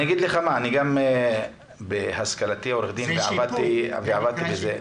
אני בהשכלתי עורך דין ועבדתי בזה.